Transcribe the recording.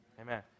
Amen